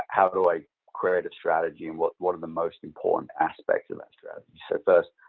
how do i create a strategy? and what what are the most important aspects of that strategy? so first,